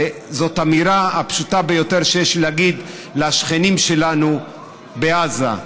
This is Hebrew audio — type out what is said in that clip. וזאת האמירה הפשוטה ביותר שיש לי להגיד לשכנים שלנו בעזה: